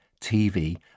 TV